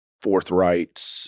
forthright